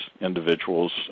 individuals